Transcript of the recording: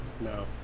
No